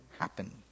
happen